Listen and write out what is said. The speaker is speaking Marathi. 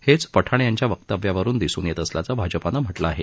हेच पठाण यांच्या वक्तव्यावरुन दिसून येत असल्याचं भाजपानं म्हटलं आहे